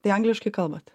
tai angliškai kalbat